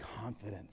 confidence